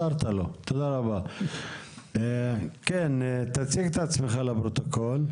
כן תציג את עצמך לפרוטוקול.